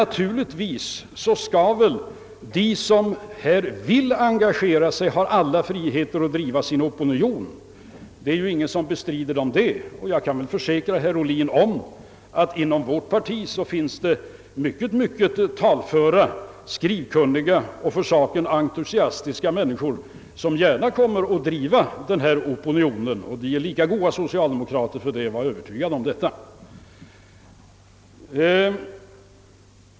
Naturligtvis har de som vill engagera sig för denna fråga frihet att försöka bilda opinion — det är ingen som bestrider det — och jag kan försäkra herr Ohlin att det inom vårt parti finns mycket talföra, skrivkunniga och för saken entusiastiska människor som gärna kommer att verka för en sådan opinion; de är lika goda socialdemokrater för det — var övertygad om det!